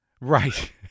Right